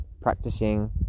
practicing